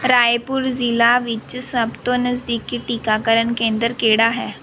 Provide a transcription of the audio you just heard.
ਰਾਏਪੁਰ ਜ਼ਿਲ੍ਹਾ ਵਿੱਚ ਸਭ ਤੋਂ ਨਜ਼ਦੀਕੀ ਟੀਕਾਕਰਨ ਕੇਂਦਰ ਕਿਹੜਾ ਹੈ